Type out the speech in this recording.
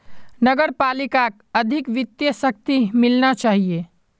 नगर पालिकाक अधिक वित्तीय शक्ति मिलना चाहिए